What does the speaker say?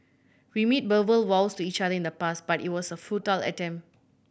we made verbal vows to each other in the past but it was a futile attempt